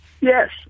Yes